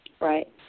Right